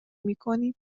میکنیم